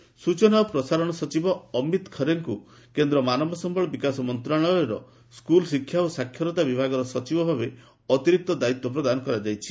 ଅମିତ୍ ଖରେ ସୂଚନା ଓ ପ୍ରସାରଣ ସଚିବ ଅମିତ ଖରେଙ୍କୁ କେନ୍ଦ୍ର ମାନବ ସମ୍ଭଳ ବିକାଶ ମନ୍ତ୍ରଣାଳୟର ସ୍କୁଲ୍ଶିକ୍ଷା ଓ ସାକ୍ଷରତା ବିଭାଗର ସଚିବ ଭାବେ ଅତିରିକ୍ତ ଦାୟିତ୍ୱ ପ୍ରଦାନ କରାଯାଇଛି